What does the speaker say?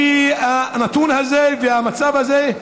כי הנתון הזה והמצב הזה,